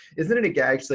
isn't it a gag? she's